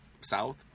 south